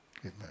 Amen